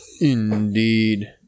Indeed